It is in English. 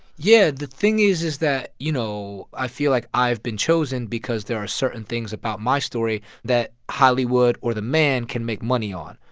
yeah. the thing is is that, you know, i feel like i've been chosen because there are certain things about my story that hollywood or the man can make money on,